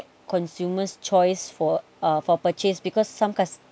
consumers choice for uh for purchase because some customers